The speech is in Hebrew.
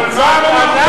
קצב אנס,